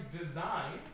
design